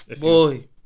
Boy